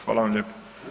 Hvala vam lijepo.